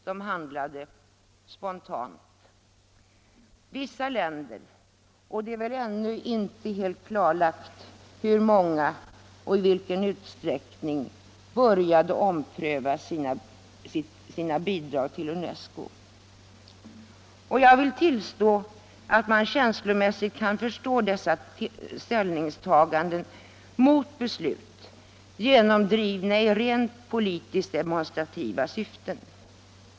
De handlade spontant. Vissa länder — det är väl ännu inte helt klarlagt hur många och i vilken utsträckning — började ompröva sina bidrag till UNESCO. Jag vill påstå att man känslomässigt kan förstå dessa ställningstaganden mot denna typ av beslut, genomdrivna i rent politiskt demonstrativa syften.